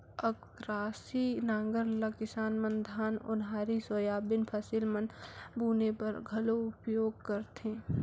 अकरासी नांगर ल किसान मन धान, ओन्हारी, सोयाबीन फसिल मन ल बुने बर घलो उपियोग करथे